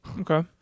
Okay